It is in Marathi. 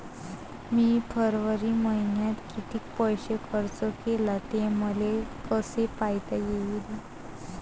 मी फरवरी मईन्यात कितीक पैसा खर्च केला, हे मले कसे पायता येईल?